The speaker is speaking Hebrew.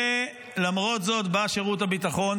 למרות זאת בא שירות הביטחון,